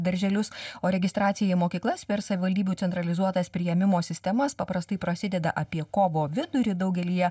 darželius o registracija į mokyklas per savivaldybių centralizuotas priėmimo sistemas paprastai prasideda apie kovo vidurį daugelyje